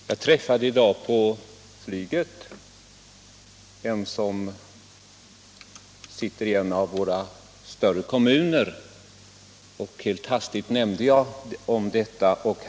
Herr talman! Jag träffade i dag på flygplanet en person som är verksam inom en våra större kommuner, och jag berättade helt kort om det här ärendet för honom.